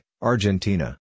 Argentina